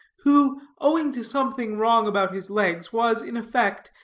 who, owing to something wrong about his legs, was, in effect,